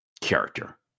character